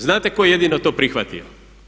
Znate tko je jedino to prihvatio?